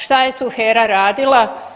Šta je tu HERA radila?